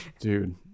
Dude